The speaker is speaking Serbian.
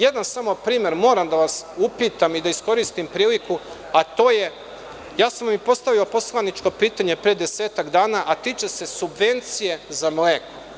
Jedan samo primer, moram da vas upitam i da iskoristim priliku, a to je, ja sam i postavio poslaničko pitanje pre desetak dana, a tiče se subvencije za mleko.